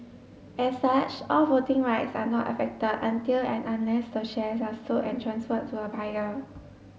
as such all voting rights are not affected until and unless the shares are sold and transferred to a buyer